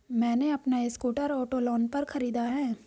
मैने अपना scooter auto loan पर खरीदा है